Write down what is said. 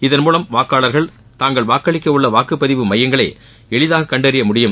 இதன் மூலம் வாக்காளர்கள் தாங்கள் வாக்களிக்க உள்ள வாக்குப்பதிவு மையங்களை எளிதாக கண்டறிய முடியும்